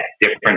different